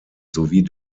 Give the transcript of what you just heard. sowie